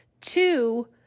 Two